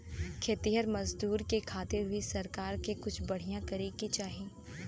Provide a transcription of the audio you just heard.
खेतिहर मजदूर के खातिर भी सरकार के कुछ बढ़िया करे के चाही